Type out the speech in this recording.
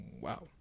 Wow